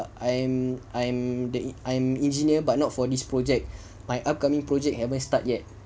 I'm I'm the I'm engineer but not for this project my upcoming project haven't start yet